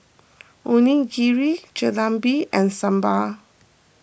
Onigiri Jalebi and Sambar